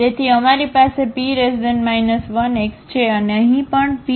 તેથી અમારી પાસેP 1x છે અને અહીં પણP 1